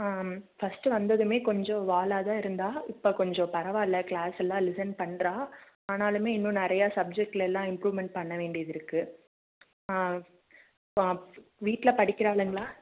first வந்ததுமே கொஞ்சம் வாலாக தான் இருந்தாள் இப்போ கொஞ்சம் பரவாயில்லை க்ளாஸெல்லாம் லிஷன் பண்ணுறா ஆனாலுமே இன்னும் நிறைய சப்ஜெக்ட்லெல்லாம் இம்புரூவ்மெண்ட் பண்ண வேண்டியது இருக்குது ஆ அப்புறம் வீட்டில் படிக்கிறாளுங்களா